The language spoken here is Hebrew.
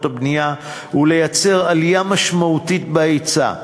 הבנייה ולייצר עלייה משמעותית בהיצע.